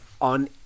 on